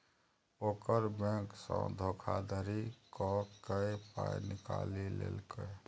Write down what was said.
ओकर बैंकसँ धोखाधड़ी क कए पाय निकालि लेलकै